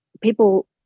people